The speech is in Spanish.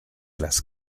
las